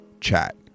Chat